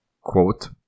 Quote